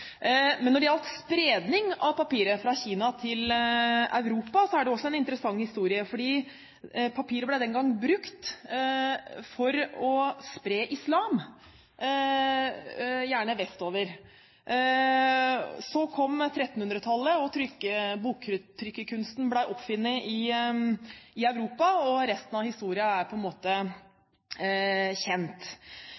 Men når det gjelder spredningen av papir fra Kina til Europa, er det også en interessant historie. Papiret ble den gang brukt for å spre islam, gjerne vestover. Så kom 1300-tallet, og boktrykkerkunsten ble oppfunnet i Europa. Resten av historien er